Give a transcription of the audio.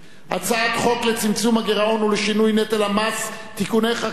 הצעת חוק לצמצום הגירעון ולשינוי נטל המס (תיקוני חקיקה),